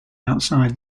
outside